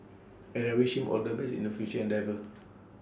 and I wish him all the best in the future endeavours